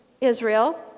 Israel